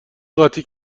قاطی